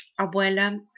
Abuela